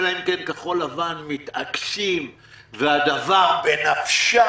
אלא אם כן כחול לבן מתעקשים והדבר בנפשם,